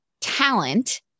talent